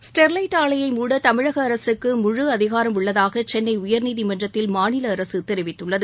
Sterlite ஆலையை மூட தமிழக அரசுக்கு முழு அதிகாரம் உள்ளதாக சென்னை உயர்நீதிமன்றத்தில் மாநில அரசு தெரிவித்துள்ளது